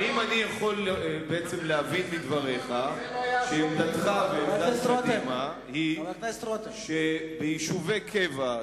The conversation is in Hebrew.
האם אני יכול להבין מדבריך שעמדתך ועמדת קדימה היא שביישובי קבע,